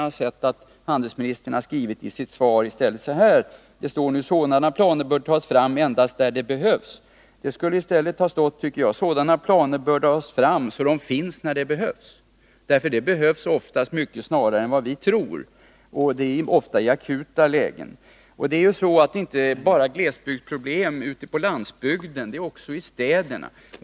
Handelsministern säger i sitt svar: ”Sådana planer bör tas fram endast där det behövs.” Det borde i stället ha stått, tycker jag: Sådana planer bör tas fram så att de finns när de behövs. De behövs ofta mycket snarare än vi tror, och då i akuta lägen. Glesbygdsproblem finns inte bara på landsbygden utan också i städerna.